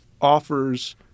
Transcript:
offers